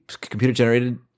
computer-generated